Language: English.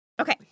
Okay